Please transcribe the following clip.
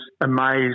amazed